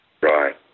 Right